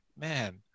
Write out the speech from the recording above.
man